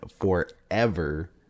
forever